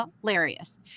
hilarious